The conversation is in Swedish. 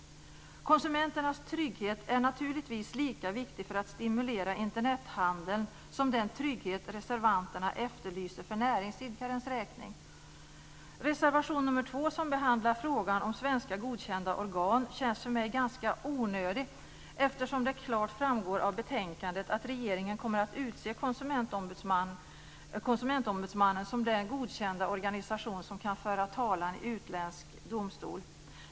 Konsumentens trygghet är naturligtvis lika viktig för att stimulera Internethandeln som den trygghet reservanterna efterlyser för näringsidkarens räkning. Reservation nr 2 som behandlar frågan om svenska godkända organ känns för mig ganska onödig, eftersom det klart framgår av betänkandet att regeringen kommer att utse Konsumentombudsmannen som den godkända organisation som kan föra talan i utländsk domstol.